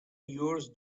yours